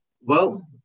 Well-